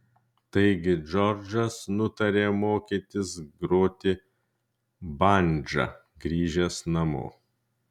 taigi džordžas nutarė mokytis groti bandža grįžęs namo